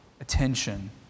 attention